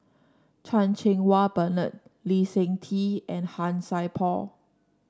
Chan Cheng Wah Bernard Lee Seng Tee and Han Sai Por